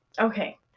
Okay